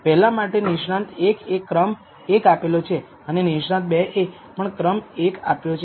પહેલા માટે નિષ્ણાંત 1 એ ક્રમ 1 આપ્યો છે અને નિષ્ણાંત 2 એ પણ ક્રમ 1 આપ્યો છે